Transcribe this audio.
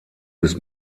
bis